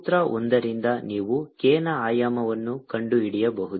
ಸೂತ್ರ ಒಂದರಿಂದ ನೀವು k ನ ಆಯಾಮವನ್ನು ಕಂಡುಹಿಡಿಯಬಹುದು